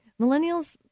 millennials